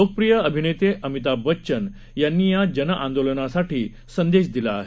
लोकप्रिय अभिनेते अमिताभ बच्चन यांनी या जनआंदोलनासाठी संदेश दिला आहे